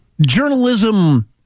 Journalism